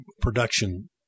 production